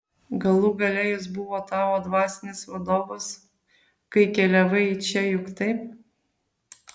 galų gale jis buvo tavo dvasinis vadovas kai keliavai į čia juk taip